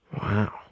Wow